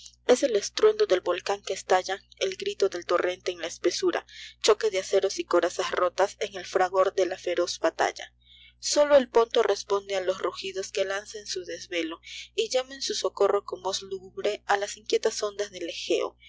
notases el estruendo del volean que estalla el grito clel torrente en la espesura choque de aceros y corazas rotas en el fragor de la feroz batalla i solo el ponto responde á los rugidos que lanza en su desvelo y llama en su socorro con voz lúgubre a las inquietas ondas del egéo